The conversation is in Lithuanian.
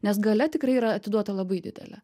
nes galia tikrai yra atiduota labai didelė